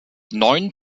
neun